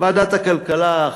ועדת הכלכלה.